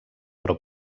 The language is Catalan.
però